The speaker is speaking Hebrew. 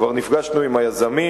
כבר נפגשנו עם היזמים,